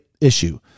issue